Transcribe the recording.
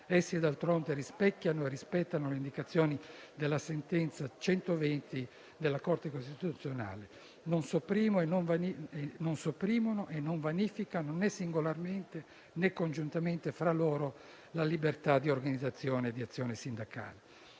Essi, d'altronde, rispecchiano e rispettano le indicazioni della sentenza n. 120 della Corte costituzionale; non sopprimono e non vanificano né singolarmente né congiuntamente fra loro la libertà di organizzazione e di azione sindacale.